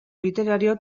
literario